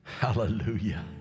Hallelujah